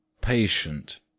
patient